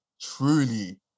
truly